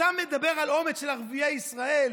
אתה מדבר על אומץ של ערביי ישראל,